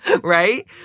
right